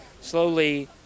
slowly